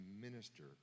minister